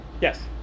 yes